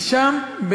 ושם,